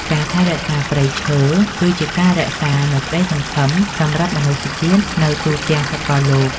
ការថែរក្សាព្រៃឈើ គឺជាការរក្សានូវក្តីសង្ឃឹមសម្រាប់មនុស្សជាតិនៅទូទាំងសកលលោក។